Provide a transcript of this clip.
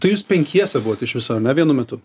tai jūs penkiese buvot iš viso ar ne vienu metu